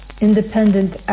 Independent